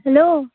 hello